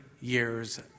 years